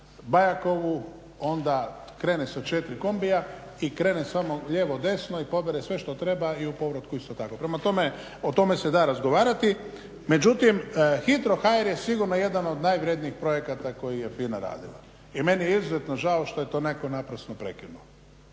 Bajakovu onda krene sa četiri kombija i krene samo lijevo, desno i pobere sve što treba i u povratku isto tako. Prema tome, o tome se da razgovarati međutim hitro.hr je sigurno jedan od najvrjednijih projekata koji je FINA radila i meni je izuzetno žao što je to netko naprosto prekinuo.